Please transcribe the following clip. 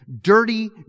dirty